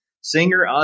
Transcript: singer